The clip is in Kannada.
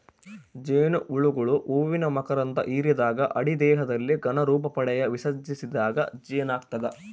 ಜೇನುಹುಳುಗಳು ಹೂವಿನ ಮಕರಂಧ ಹಿರಿದಾಗ ಅಡಿ ದೇಹದಲ್ಲಿ ಘನ ರೂಪಪಡೆದು ವಿಸರ್ಜಿಸಿದಾಗ ಜೇನಾಗ್ತದ